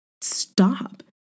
stop